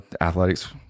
Athletics